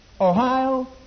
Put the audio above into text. Ohio